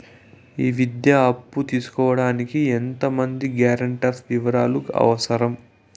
ఈ విద్యా అప్పు తీసుకోడానికి ఎంత మంది గ్యారంటర్స్ వివరాలు అవసరం?